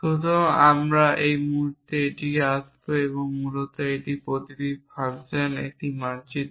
সুতরাং আমরা ঠিক এক মুহুর্তে এটিতে আসব মূলত একইভাবে প্রতিটি ফাংশন প্রতীক একটি মানচিত্র